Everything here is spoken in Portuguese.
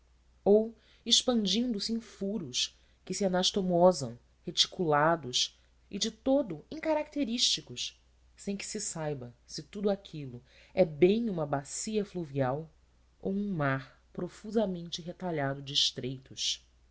ou expandindo se em furos que se anastomosam reticulados e de todo incaracterísticos sem que se saiba se tudo aquilo é bem uma bacia fluvial ou um mar profusamente retalhado de estreitos